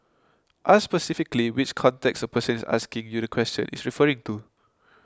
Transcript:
ask specifically which context persons asking you the question is referring to